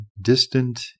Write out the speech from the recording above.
distant